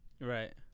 Right